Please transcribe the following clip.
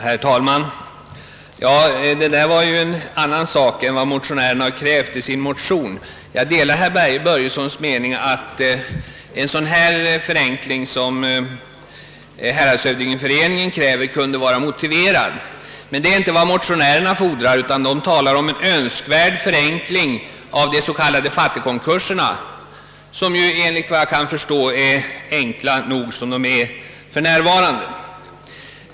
Herr talman! Men detta är en annan sak än vad motionärerna har begärt. Jag delar herr Börjessons i Falköping mening att en sådan förenkling som häradshövdingeföreningen kräver kunde vara motiverad. Det är emellertid inte vad motionärerna fordrar; de talar om en önskvärd förenkling av de s.k. fattigkonkurserna, som enligt vad jag kan förstå är enkla nog som de är för närvarande.